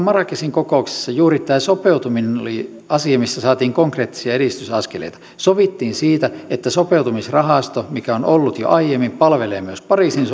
marrakechin kokouksessa juuri tämä sopeutuminen oli asia missä saatiin konkreettisia edistysaskeleita sovittiin siitä että sopeutumisrahasto mikä on ollut jo aiemmin palvelee myös pariisin